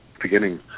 beginning